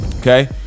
Okay